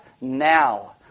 now